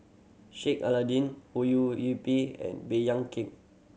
Sheik Alau'ddin Ho Yee Ping and Baey Yam Keng